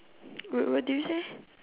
what what did you say